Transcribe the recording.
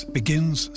begins